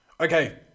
Okay